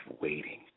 waiting